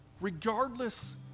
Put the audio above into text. regardless